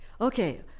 Okay